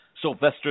Sylvester